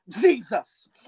Jesus